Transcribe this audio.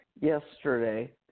yesterday